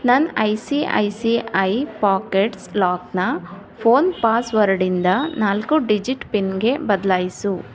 ನನ್ನ I C I C I pockets ಲಾಕ್ನ phone ಪಾಸ್ ವರ್ಡ್ಡಿಂದ ನಾಲ್ಕು ಡಿಜಿಟ್ ಪಿನ್ಗೆ ಬದಲಾಯಿಸು